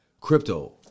Crypto